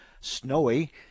snowy